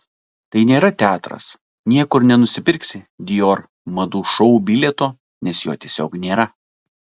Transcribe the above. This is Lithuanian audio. tai nėra teatras niekur nenusipirksi dior madų šou bilieto nes jo tiesiog nėra